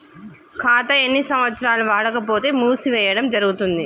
ఖాతా ఎన్ని సంవత్సరాలు వాడకపోతే మూసివేయడం జరుగుతుంది?